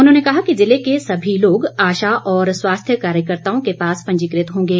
उन्होंने कहा कि ज़िले के सभी लोग आशा और स्वास्थ्य कार्यकर्ताओं के पास पंजीकृत होंगे